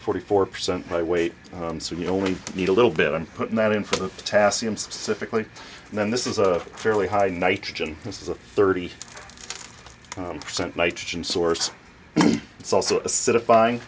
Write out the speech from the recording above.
forty four percent by weight so you know we need a little bit i'm putting that in for the potassium specifically and then this is a fairly high nitrogen this is a thirty percent nitrogen source it's also